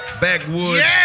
Backwoods